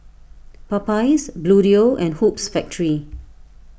Popeyes Bluedio and Hoops Factory